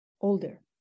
older